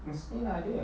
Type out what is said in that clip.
mesti ada